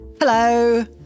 Hello